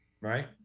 right